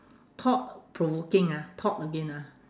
thought provoking ah thought again ah